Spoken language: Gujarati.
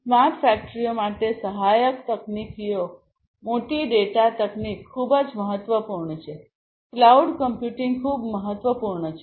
સ્માર્ટ ફેક્ટરીઓ માટે સહાયક તકનીકીઓ મોટી ડેટા તકનીક ખૂબ જ મહત્વપૂર્ણ છે ક્લાઉડ કમ્પ્યુટિંગ ખૂબ મહત્વપૂર્ણ છે